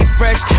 fresh